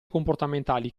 comportamentali